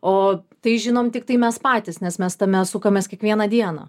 o tai žinom tiktai mes patys nes mes tame sukamės kiekvieną dieną